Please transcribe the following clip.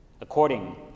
according